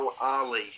Ali